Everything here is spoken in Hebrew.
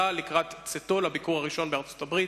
לקראת צאתו לביקור הראשון בארצות-הברית.